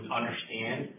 understand